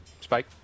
Spike